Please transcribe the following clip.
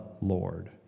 Lord